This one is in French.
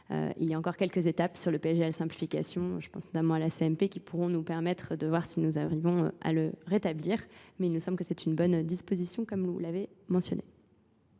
Il y a encore quelques étapes sur le PGA simplification, je pense notamment à la CMP qui pourront nous permettre de voir si nous arrivons à le rétablir, mais il nous semble que c'est une bonne disposition comme vous l'avez mentionné.